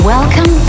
Welcome